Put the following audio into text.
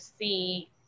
see